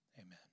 amen